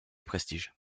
prestige